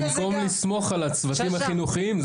במקום לסמוך על הצוותים החינוכיים,